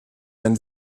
wenn